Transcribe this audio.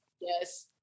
Yes